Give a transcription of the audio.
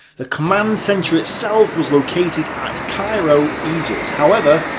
the command centre itself was located at cairo, egypt. however,